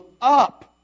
up